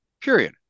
period